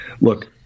Look